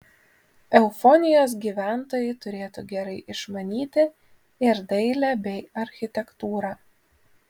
eufonijos gyventojai turėtų gerai išmanyti ir dailę bei architektūrą